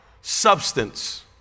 substance